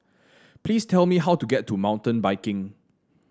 please tell me how to get to Mountain Biking